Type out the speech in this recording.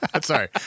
sorry